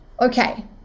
Okay